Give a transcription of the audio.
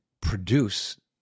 produce